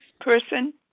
person